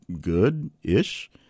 good-ish